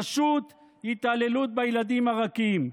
פשוט התעללות בילדים הרכים.